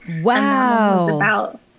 Wow